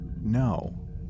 no